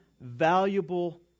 valuable